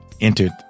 entered